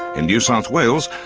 in new south wales,